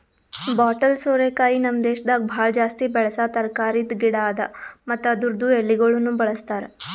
bottle ಸೋರೆಕಾಯಿ ನಮ್ ದೇಶದಾಗ್ ಭಾಳ ಜಾಸ್ತಿ ಬೆಳಸಾ ತರಕಾರಿದ್ ಗಿಡ ಅದಾ ಮತ್ತ ಅದುರ್ದು ಎಳಿಗೊಳನು ಬಳ್ಸತಾರ್